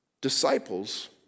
Disciples